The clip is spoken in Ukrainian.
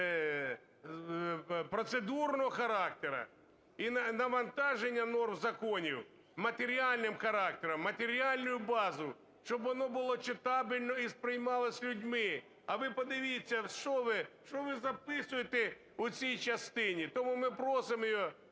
процедурного характеру і навантаження норм законів матеріальним характером, матеріальну базу, щоб воно було читабельно і сприймалося людьми. А ви подивіться, що ви записуєте у цій частині. Тому ми просимо його